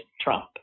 Trump